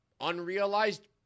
unrealized